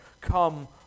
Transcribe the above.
Come